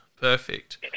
perfect